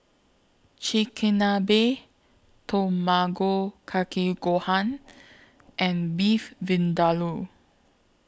Chigenabe Tamago Kake Gohan and Beef Vindaloo